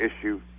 issue